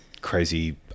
crazy